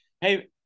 Hey